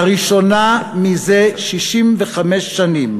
לראשונה זה 65 שנים